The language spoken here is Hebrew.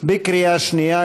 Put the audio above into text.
בקריאה שנייה.